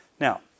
Now